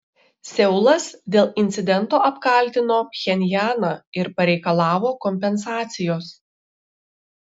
seulas dėl incidento apkaltino pchenjaną ir pareikalavo kompensacijos